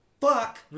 fuck